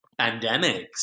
pandemics